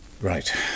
Right